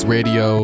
Radio